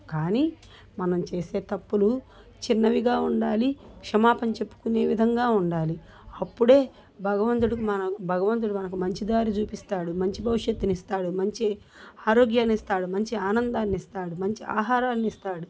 కానీ మనం చేసే తప్పులు చిన్నవిగా ఉండాలి క్షమాపణ చెప్పుకునే విధంగా ఉండాలి అప్పుడే భగవంతుడు మనం భగవంతుడు మనకు మంచి దారి చూపిస్తాడు మంచి భవిష్యత్తునిస్తాడు మంచి ఆరోగ్యాన్నిస్తాడు మంచి ఆనందాన్నిస్తాడు మంచి ఆహారాన్నిస్తాడు